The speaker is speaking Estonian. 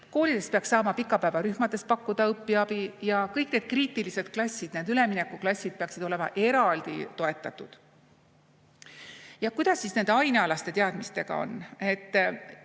Koolides peaks saama pikapäevarühmades pakkuda õpiabi ja kõik need kriitilised klassid, need üleminekuklassid peaksid olema eraldi toetatud. Ja kuidas nende ainealaste teadmistega on?